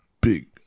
big